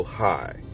high